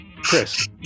Chris